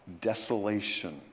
desolation